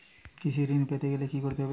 কৃষি ঋণ পেতে গেলে কি করতে হবে?